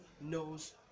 knows